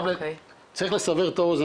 צריך לסבר את האוזן,